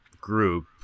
group